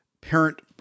parent